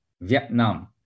Vietnam